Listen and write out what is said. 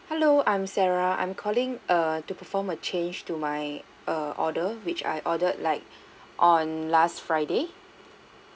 hello I'm sarah I'm calling err to perform a change to my err order which I ordered like on last friday